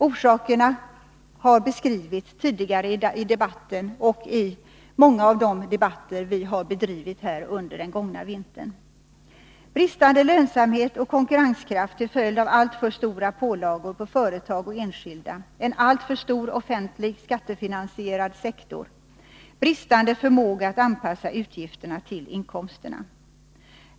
Orsakerna har beskrivits tidigare i debatten och i många av de debatter vi har fört här under den gångna vintern. Bristande lönsamhet och konkurrenskraft till följd av alltför stora pålagor på företag och enskilda, en alltför stor offentlig skattefinansierad sektor, bristande förmåga att anpassa utgifterna till inkomsterna.